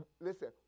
listen